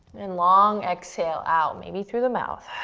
and long exhale out, maybe through the mouth.